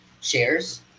shares